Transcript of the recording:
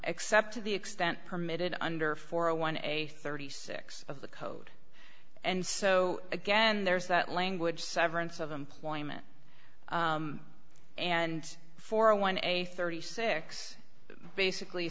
except to the extent permitted under four a one a thirty six of the code and so again there's that language severance of employment and for a one a thirty six dollars basically